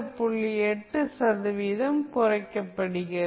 8 சதவீதம் குறைக்கப்படுகிறது